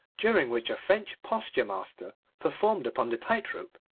during which a french posture-master performed upon the tightrope,